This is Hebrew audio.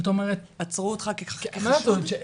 עצרו אותך כחשוד?